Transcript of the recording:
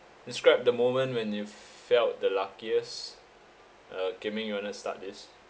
describe the moment when you felt the luckiest uh Kian Ming you want to start this